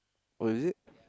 oh is it